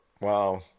Wow